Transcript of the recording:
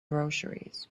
groceries